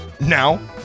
Now